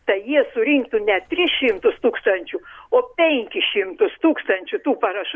tai jie surinktų ne tris šimtus tūkstančių o penkis šimtus tūkstančių tų parašų